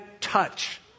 touch